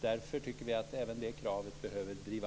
Därför tycker vi att även det kravet behöver drivas på.